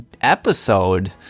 episode